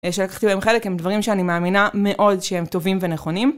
שלקחתי להם חלק הם דברים שאני מאמינה מאוד שהם טובים ונכונים